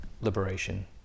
liberation